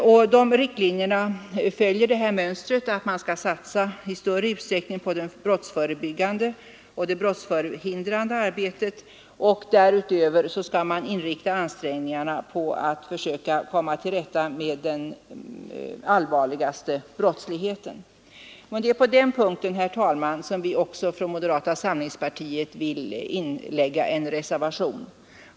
Dessa riktlinjer följer mönstret att man i större utsträckning skall satsa på det brottsförebyggande och det brottsförhindrande arbetet och därutöver skall inrikta ansträngningarna på att försöka komma till rätta med den allvarligaste brottsligheten. Det är bl.a. på den punkten, herr talman, som vi från moderata samlingspartiet vill inlägga en reservation.